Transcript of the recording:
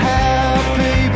happy